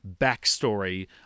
backstory